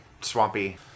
Swampy